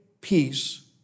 peace